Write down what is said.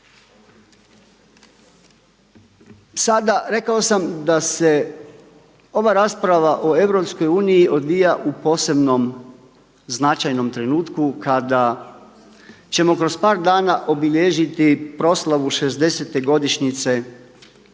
Sada rekao sam da se ova rasprava o EU odvija u posebnom značajnom trenutku kada ćemo kroz par dana obilježiti proslavu 60-te godišnjice